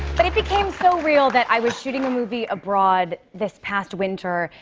but it became so real that i was shooting a movie abroad this past winter,